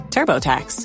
TurboTax